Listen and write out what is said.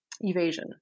evasion